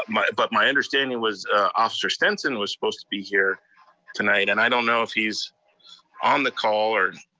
but my but my understanding was officer spencen was supposed to be here tonight, and i don't know if he's on the call, or